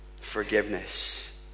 Forgiveness